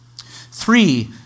Three